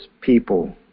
people